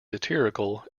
satirical